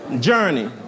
journey